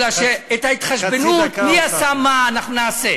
כי את ההתחשבנות מי עשה מה אנחנו נעשה.